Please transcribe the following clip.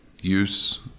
use